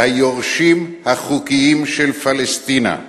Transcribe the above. אל היורשים החוקיים של פלשתינה: